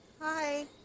Hi